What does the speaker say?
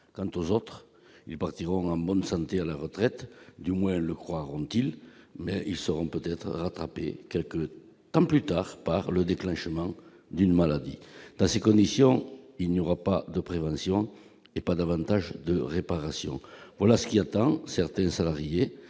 Quant aux autres salariés, ils partiront en bonne santé à la retraite- du moins le croiront-ils ...-, mais ils seront peut-être rattrapés, quelque temps plus tard, par le déclenchement d'une maladie. Dans ces conditions, il n'y aura ni prévention ni réparation. Voilà ce qui attend un certain nombre